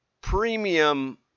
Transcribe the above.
premium